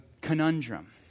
conundrum